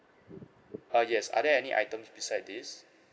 uh yes are there any item besides these